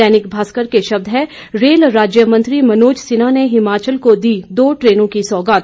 दैनिक भास्कर के शब्द हैं रेल राज्य मंत्री मनोज सिन्हा ने हिमाचल को दी दो ट्रेनों की सौगात